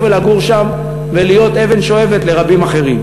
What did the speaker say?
לגור שם ולהיות אבן שואבת לרבים אחרים.